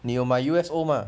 你有买 U_S_O mah